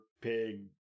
pig